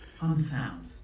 unsound